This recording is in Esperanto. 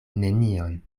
nenion